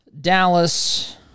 Dallas